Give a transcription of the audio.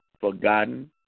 forgotten